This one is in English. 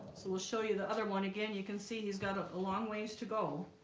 so we'll show you the other one again you can see he's got a long ways to go